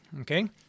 Okay